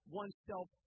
oneself